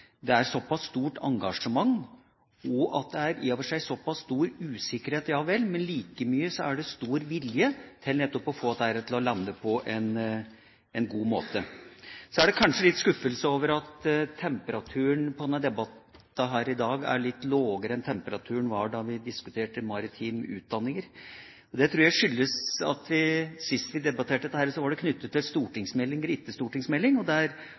det er et såpass stort engasjement, og for at det i og for seg er såpass stor usikkerhet, ja vel, men samtidig stor vilje til å få dette til å lande på en god måte. Så er det kanskje litt skuffelse over at temperaturen på denne debatten i dag er litt lavere enn temperaturen var da vi diskuterte maritime utdanninger. Det tror jeg skyldes at sist vi debatterte dette, var debatten knyttet til